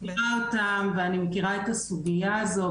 אני מכירה אותם ואני מכירה את הסוגיה הזו,